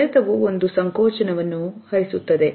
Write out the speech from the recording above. ಸೆಳೆತವು ಒಂದು ಸಂಕೋಚನ ವನ್ನು ಹರಿಸುತ್ತದೆ